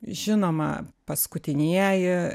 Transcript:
žinoma paskutinieji